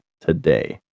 today